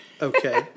Okay